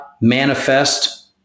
manifest